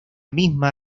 misma